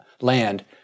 land